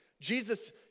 Jesus